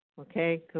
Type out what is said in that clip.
okay